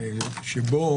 שבו